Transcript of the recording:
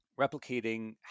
replicating